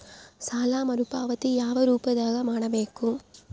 ಸಾಲ ಮರುಪಾವತಿ ಯಾವ ರೂಪದಾಗ ಮಾಡಬೇಕು?